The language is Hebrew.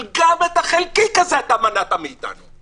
אבל גם את החלקיק הזאת מנעת מאתנו.